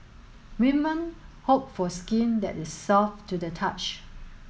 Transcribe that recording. women hope for skin that is soft to the touch